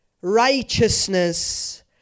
righteousness